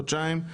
חודשיים,